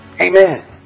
Amen